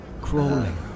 crawling